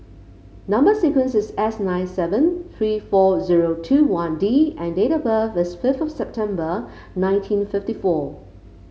number sequence is S nine seven three four zero two one D and date of birth is fifth of September nineteen fifty four